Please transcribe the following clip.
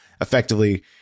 effectively